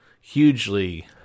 hugely